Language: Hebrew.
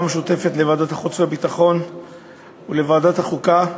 המשותפת לוועדת החוץ והביטחון ולוועדת החוקה,